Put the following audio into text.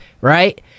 right